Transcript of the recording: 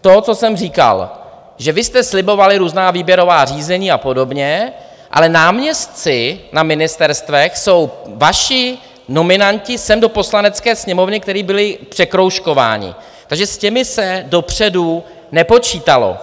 to, co jsem říkal, že vy jste slibovali různá výběrová řízení a podobně, ale náměstci na ministerstvech jsou vaši nominanti sem do Poslanecké sněmovny, kteří byli překroužkováni, takže s těmi se dopředu nepočítalo.